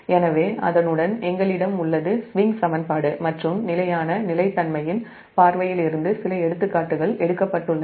எனவே அதனுடன் நம்மிடம் உள்ளது ஸ்விங் சமன்பாடு மற்றும் நிலையான நிலை நிலைத்தன்மையின் பார்வையில் இருந்து சில எடுத்துக்காட்டுகள் எடுக்கப்பட்டுள்ளன